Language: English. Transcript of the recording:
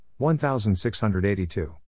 1682